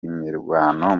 imirwano